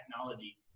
technology